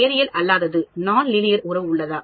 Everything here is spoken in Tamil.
நேரியல் அல்லாத உறவு உள்ளதா